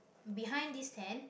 behind this tent